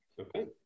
Okay